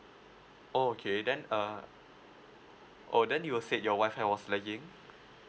oh okay then uh oh then you uh said your WI-FI was uh lagging